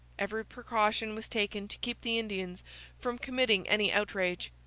every precaution was taken to keep the indians from committing any outrage.